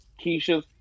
Keisha